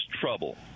trouble